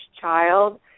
child